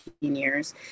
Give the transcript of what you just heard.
years